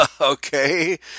Okay